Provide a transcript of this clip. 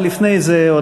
אבל לפני זה,